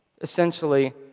essentially